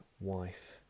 wife